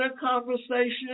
conversation